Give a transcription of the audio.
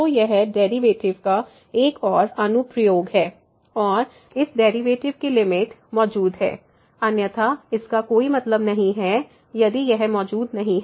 तो यह डेरिवेटिव का एक और अनुप्रयोग है और इस डेरिवेटिव की लिमिट मौजूद है अन्यथा इसका कोई मतलब नहीं है यदि यह मौजूद नहीं है